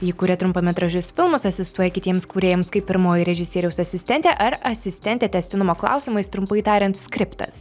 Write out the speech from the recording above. ji kuria trumpametražius filmus asistuoja kitiems kūrėjams kaip pirmoji režisieriaus asistentė ar asistentė tęstinumo klausimais trumpai tariant skriptas